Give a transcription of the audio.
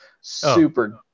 super